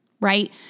right